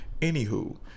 Anywho